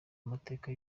amateka